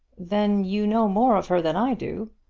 then you know more of her than i do.